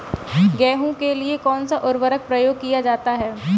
गेहूँ के लिए कौनसा उर्वरक प्रयोग किया जाता है?